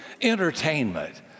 entertainment